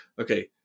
Okay